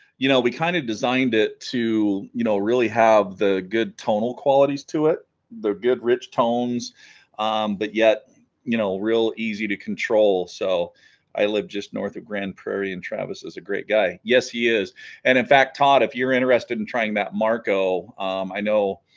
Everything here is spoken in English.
you know we kind of designed it to you know really have the good tonal qualities to it they're good rich tones but yet you know real easy to control so i live just north of grand prairie and travis is a great guy yes he is and in fact todd if you're interested in trying that marco i know